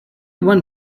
want